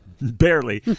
barely